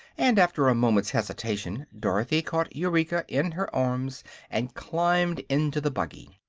and after a moment's hesitation dorothy caught eureka in her arms and climbed into the buggy.